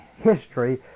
history